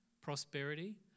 prosperity